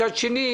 מצד שני,